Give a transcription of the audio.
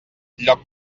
lloc